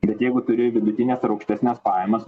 bet jeigu turi vidutines ar aukštesnes pajamas